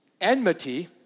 enmity